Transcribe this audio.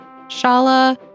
Shala